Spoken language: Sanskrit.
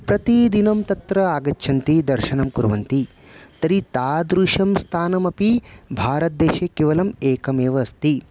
प्रतिदिनं तत्र आगच्छन्ति दर्शनं कुर्वन्ति तर्हि तादृशं स्थानमपि भारतदेशे केवलम् एकमेव अस्ति